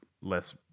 less